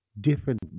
different